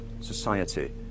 society